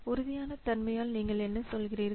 உறுதியான தன்மையால் நீங்கள் என்ன சொல்கிறீர்கள்